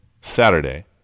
Saturday